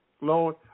Lord